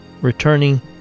returning